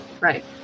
Right